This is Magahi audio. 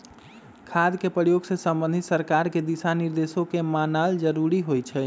खाद के प्रयोग से संबंधित सरकार के दिशा निर्देशों के माननाइ जरूरी होइ छइ